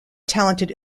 talented